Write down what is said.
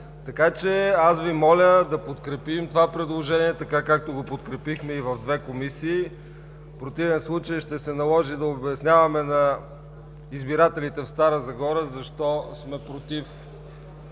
Така че аз Ви моля да подкрепим това предложение, както го подкрепихме и в две комисии. В противен случай, ще се наложи да обясняваме на избирателите в Стара Загора защо сме против